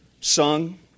sung